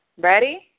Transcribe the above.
Ready